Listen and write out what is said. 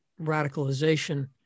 radicalization